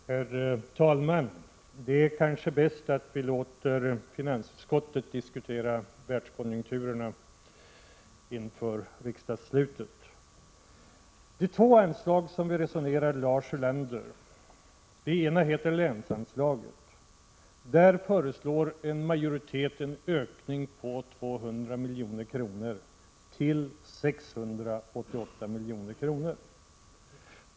Herr talman! Det är kanske bäst att vi låter finansutskottet diskutera världskonjunkturerna vid riksmötets slut. Det ena av de två anslag som vi resonerar om, Lars Ulander, är länsanslaget. En majoritet i utskottet föreslår en ökning av detta med 200 milj.kr. till 688 milj.kr.